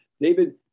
david